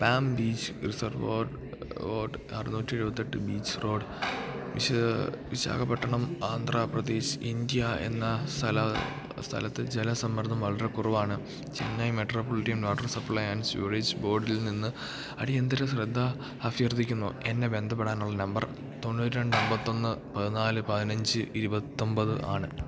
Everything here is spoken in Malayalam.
പാം ബീച്ച് അറുന്നൂറ്റി എഴുപത്തിയെട്ട് beach road Visakhapatnam Andhra Pradesh India എന്ന സ്ഥലത്ത് ജല സമ്മർദം വളരെ കുറവാണ് Chennai metropolitan water supply and sewage ബോർഡിൽ നിന്ന് അടിയന്തിര ശ്രദ്ധ അഭ്യർഥിക്കുന്നു എന്നെ ബന്ധപ്പെടാനുള്ള നമ്പർ തൊണ്ണൂറ്റി രണ്ടെണ്പത്തിയൊന്ന് പതിനാല് പതിനഞ്ച് ഇരുപത്തിയൊന്പത് ആണ്